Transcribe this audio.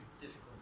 difficult